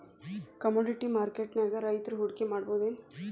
Commodity ಮಾರ್ಕೆಟ್ನ್ಯಾಗ್ ರೈತ್ರು ಹೂಡ್ಕಿ ಮಾಡ್ಬಹುದೇನ್?